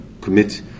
commit